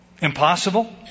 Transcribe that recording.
Impossible